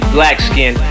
Blackskin